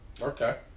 okay